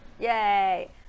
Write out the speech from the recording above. Yay